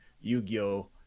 Yu-Gi-Oh